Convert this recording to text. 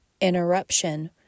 interruption